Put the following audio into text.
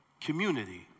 community